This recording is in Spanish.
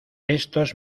estos